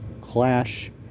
clash